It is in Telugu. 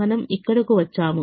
మనము ఇక్కడకు వచ్చాము